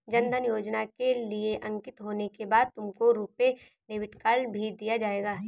जन धन योजना के लिए अंकित होने के बाद तुमको रुपे डेबिट कार्ड भी दिया जाएगा